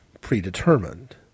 predetermined